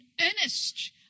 earnest